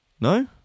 No